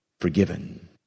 forgiven